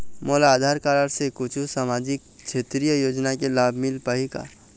मोला आधार कारड से कुछू सामाजिक क्षेत्रीय योजना के लाभ मिल पाही का?